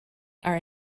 are